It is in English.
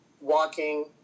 walking